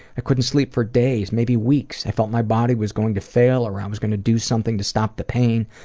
i couldn't sleep for days, maybe weeks. i felt my body was going to fail or i um was going to do something to stop the pain.